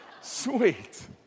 Sweet